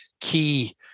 key